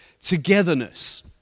togetherness